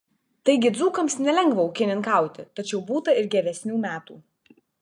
taigi dzūkams nelengva ūkininkauti tačiau būta ir geresnių metų